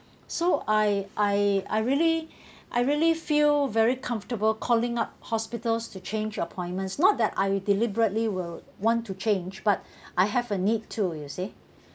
so I I I really I really feel very comfortable calling up hospitals to change appointments not that I deliberately will want to change but I have a need to you see